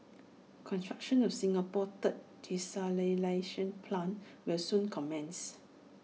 construction of Singapore's third desalination plant will soon commence